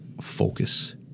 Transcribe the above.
focus